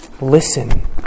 Listen